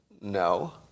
no